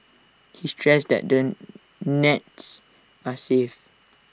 he stressed that the nets are safe